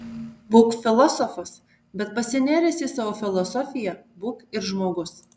būk filosofas bet pasinėręs į savo filosofiją būk ir žmogus